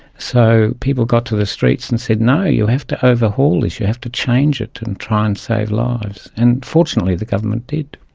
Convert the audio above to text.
so people got to the streets and said, no, you'll have to overhaul this, you have to change it and try and save lives. and fortunately the government did.